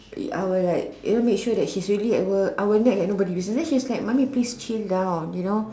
I will like you know make sure she's really at work I will nag like nobody business and then she's like Mommy please chill down you know